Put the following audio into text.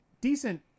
decent